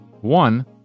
one